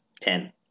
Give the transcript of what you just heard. Ten